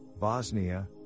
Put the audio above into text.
bosnia